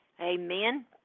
Amen